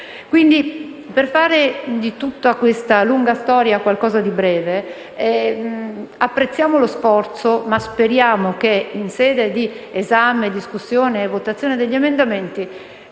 Per fare di tutta questa lunga storia qualcosa di breve, noi apprezziamo lo sforzo, ma speriamo che in sede di esame, discussione e votazione degli emendamenti,